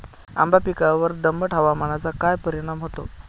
आंबा पिकावर दमट हवामानाचा काय परिणाम होतो?